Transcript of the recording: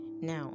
Now